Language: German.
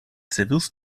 servierst